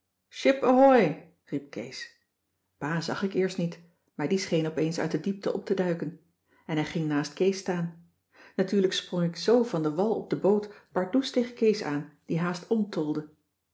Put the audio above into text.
riep kees pa zag ik eerst niet maar die scheen opeens uit de diepte op te duiken en hij ging naast kees staan natuurlijk sprong ik zoo van de wal op de boot pardoes tegen kees aan die